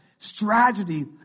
Strategy